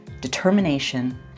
determination